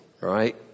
Right